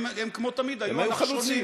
הם כמו תמיד היו הנחשונים.